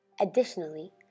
Additionally